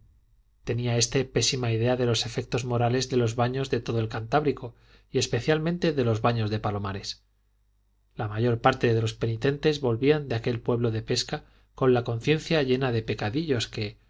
tenía éste pésima idea de los efectos morales de los baños de todo el cantábrico y especialmente de los baños de palomares la mayor parte de los penitentes volvían de aquel pueblo de pesca con la conciencia llena de pecadillos que